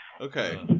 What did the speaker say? Okay